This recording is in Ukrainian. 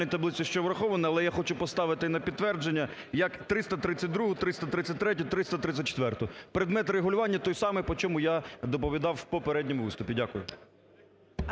Дякую.